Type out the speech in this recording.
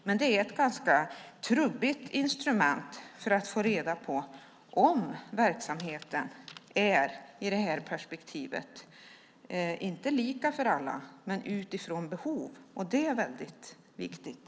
Men det är ett ganska trubbigt instrument för att få reda på om verksamheten i det här perspektivet inte är lika för alla men utgår från behov, och det är väldigt viktigt.